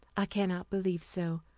i cannot believe so.